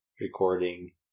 recording